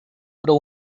pro